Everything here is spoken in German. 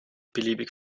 beliebig